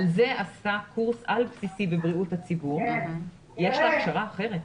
על זה עשתה קורס על-בסיסי בבריאות הציבור ויש לה הכשרה אחרת.